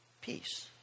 peace